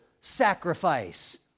sacrifice